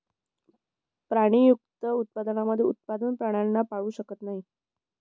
प्राणीमुक्त उत्पादकांमध्ये उत्पादक प्राण्यांना पाळू शकत नाही